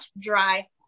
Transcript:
dry